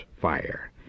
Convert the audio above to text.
fire